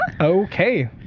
Okay